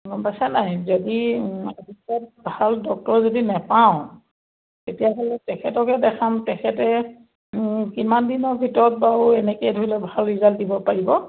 গম পাইছা নাই যদি আদিত্যত ভাল ডক্তৰ যদি নেপাওঁ তেতিয়াহ'লে তেখেতকে দেখাম তেখেতে কিমান দিনৰ ভিতৰত বাৰু এনেকৈ ধৰি ল ভাল ৰিজাল্ট দিব পাৰিব